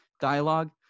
dialogue